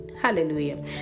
Hallelujah